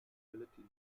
ability